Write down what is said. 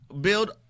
build